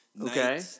Okay